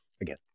again